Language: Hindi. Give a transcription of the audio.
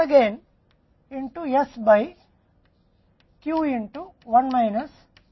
P माइनस s द्वारा 1 माइनस D में